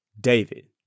David